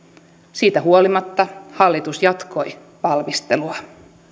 siitä huolimatta hallitus jatkoi valmistelua